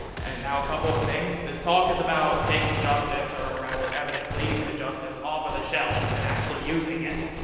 and now a couple of things, this talk is about taking justice, or ah rather, evidence leading to justice off of the shelf, and actually using it,